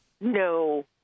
No